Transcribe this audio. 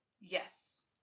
Yes